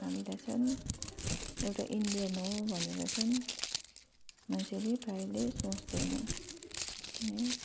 हामीलाई चाहिँ एउटा इन्डियन हो भनेर चाहिँ मान्छेले प्रायःले सोच्दैन अनि